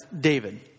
David